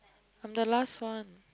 I'm the last one